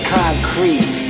concrete